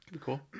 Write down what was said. Cool